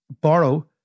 borrow